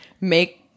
make